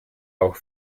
auch